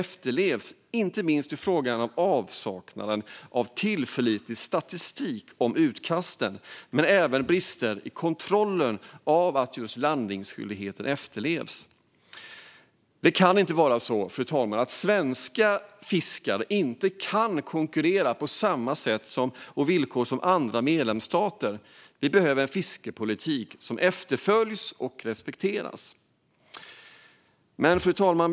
Det gäller inte minst avsaknaden av tillförlitlig statistik om utkasten, men det gäller även brister i kontrollen av att landningsskyldigheten efterlevs. Det kan inte vara så, fru talman, att svenska fiskare inte kan konkurrera på samma sätt och på samma villkor som fiskare i andra medlemsstater. Vi behöver en fiskepolitik som efterföljs och respekteras. Fru talman!